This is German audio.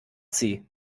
sie